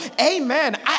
amen